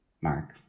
mark